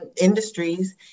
industries